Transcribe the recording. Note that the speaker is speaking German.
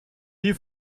die